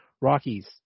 Rockies